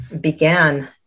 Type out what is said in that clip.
began